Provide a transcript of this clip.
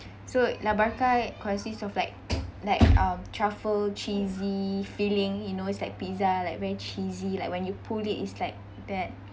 so la barca consists of like like um truffle cheesy filling you know it's like pizza like very cheesy like when you pull it is like that